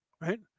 right